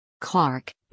Clark